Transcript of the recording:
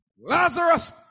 Lazarus